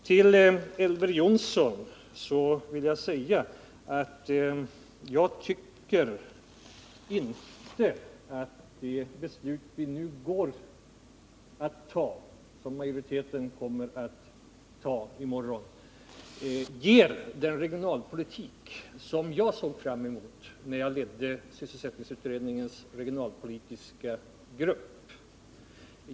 Till Elver Jonsson vill jag säga att jag inte tycker att det beslut majoriteten i morgon kommer att fatta ger den regionalpolitik till resultat som jag såg fram emot när jag ledde sysselsättningsutredningens regionalpolitiska grupp.